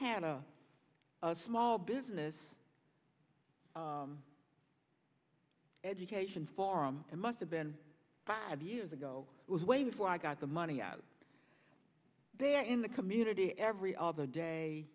hand a small business education forum musta been five years ago it was way before i got the money out there in the community every other day